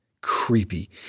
Creepy